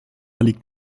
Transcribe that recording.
liegt